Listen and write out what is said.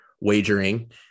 wagering